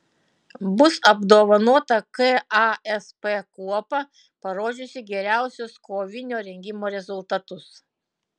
bus apdovanota kasp kuopa parodžiusi geriausius kovinio rengimo rezultatus